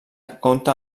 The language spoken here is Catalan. compta